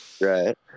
Right